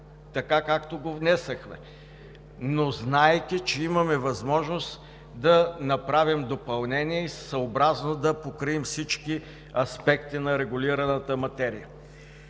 така, както го внесохме, но знаейки, че имаме възможност да направим допълнение и съобразно да покрием всички аспекти на регулираната материя.